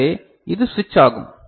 எனவே அது சுவிட்ச் ஆகும்